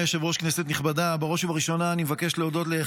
אמרתי, אני לא קורא לפיטורים, שלא יהיה שיח אישי.